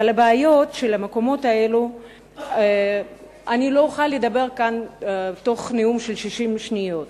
ועל הבעיות של המקומות האלו לא אוכל לדבר כאן בנאום של 60 שניות.